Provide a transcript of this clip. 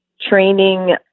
training